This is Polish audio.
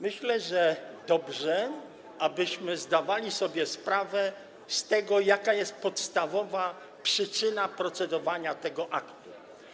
Myślę, że byłoby dobrze, abyśmy zdawali sobie sprawę z tego, jaka jest podstawowa przyczyna procedowania nad tym aktem.